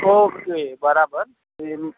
okay બરાબર